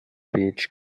beach